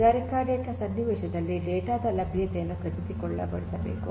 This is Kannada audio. ಕೈಗಾರಿಕಾ ಡೇಟಾ ಸನ್ನಿವೇಶದಲ್ಲಿ ಡೇಟಾ ದ ಲಭ್ಯತೆಯನ್ನು ಖಚಿತಪಡಿಸಿಕೊಳ್ಳಬೇಕು